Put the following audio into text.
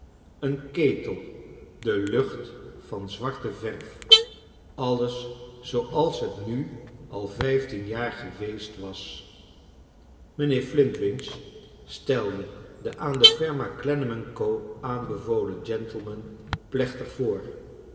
een ketel de lucht van zwarte verf alles zooals het nu al vijftien jaar geweest was mijnheer flint winch stelde den aan de firma clennam en co aanbevolen gentleman plechtig voor